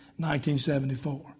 1974